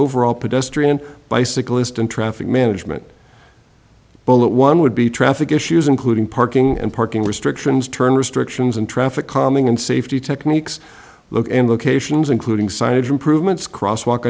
overall pedestrian bicyclist and traffic management both that one would be traffic issues including parking and parking restrictions turn restrictions and traffic calming and safety techniques look in locations including